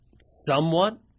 somewhat